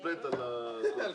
אדוני, את